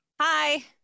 Hi